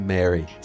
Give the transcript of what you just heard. Mary